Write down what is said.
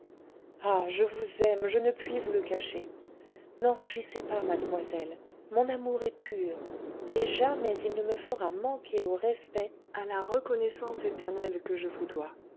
ah je vous aime je ne puis vous le cacher n'en rougissez pas mademoiselle mon amour est pur et jamais il ne me fera manquer au respect à la reconnaissance éternelle que je vous dois